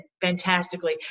fantastically